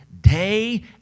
day